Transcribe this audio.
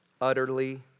utterly